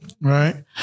Right